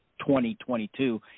2022